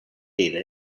data